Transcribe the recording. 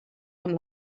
amb